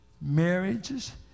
marriages